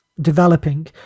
developing